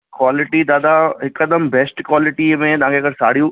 quality दादा हिकदमि best क्वालिटअ में तव्हांखे अगरि साड़ियूं